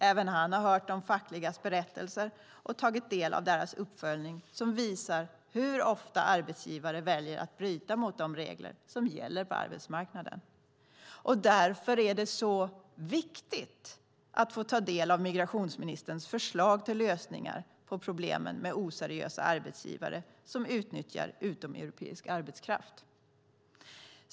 Även han har hört de fackligas berättelser och tagit del av deras uppföljning som visar hur ofta arbetsgivare väljer att bryta mot de regler som gäller på arbetsmarknaden. Därför är det så viktigt att få ta del av migrationsministerns förslag till lösningar på problemen med oseriösa arbetsgivare som utnyttjar utomeuropeisk arbetskraft.